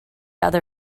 other